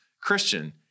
Christian